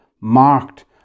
marked